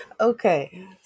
Okay